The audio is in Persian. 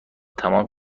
تمام